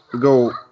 go